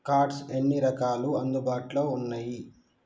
Cards ఎన్ని రకాలు అందుబాటులో ఉన్నయి?